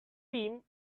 team